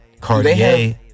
Cartier